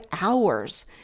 hours